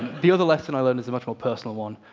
the other lesson i learned is a much more personal one.